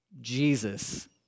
Jesus